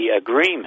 agreement